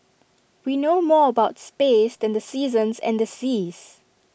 we know more about space than the seasons and the seas